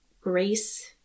grace